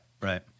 right